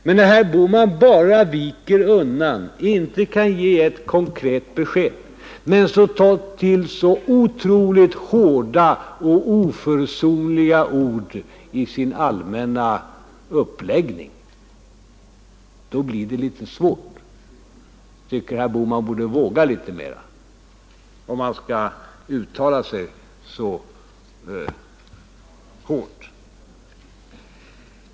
Men när herr Bohman bara viker undan, inte kan ge ett konkret besked och tar till så otroligt hårda och oförsonliga ord i sin allmänna uppläggning, blir det litet besvärligt. Jag tycker att herr Bohman borde våga litet mera, om han skall uttala sig så hårt.